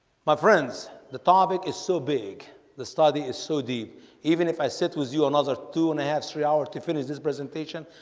my friends the topic is so big the study is so deep even if i sit with you another two and a half three hours to finish this presentation.